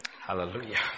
Hallelujah